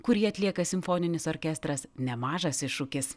kurį atlieka simfoninis orkestras nemažas iššūkis